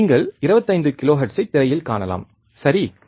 நீங்கள் 25 கிலோஹெர்ட்சை திரையில் காணலாம் சரி